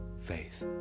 faith